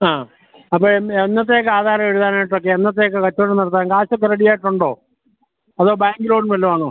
ആ അപ്പൊ എൻ എന്നത്തേക്ക് ആധാരം എഴുതാനായിട്ടൊക്കെ എന്നത്തേക്ക് കച്ചവടം നടത്താൻ കാശൊക്കെ റെഡി ആയിട്ടുണ്ടോ അതോ ബാങ്ക് ലോൺ വല്ലതും ആണോ